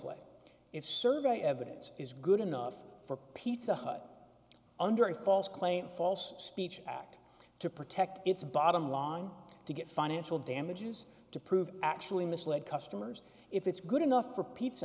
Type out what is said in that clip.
way if survey evidence is good enough for pizza hut under a false claim false speech act to protect its bottom line to get financial damages to prove actually misled customers if it's good enough for pizza